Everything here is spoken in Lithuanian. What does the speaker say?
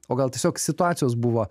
o gal tiesiog situacijos buvo